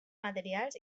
materials